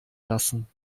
lassen